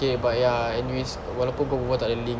okay but ya anyways walaupun kau berbual tak ada link